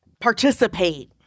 participate